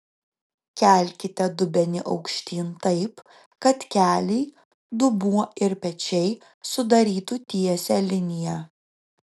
kelkite dubenį aukštyn taip kad keliai dubuo ir pečiai sudarytų tiesią liniją